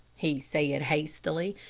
he said, hastily.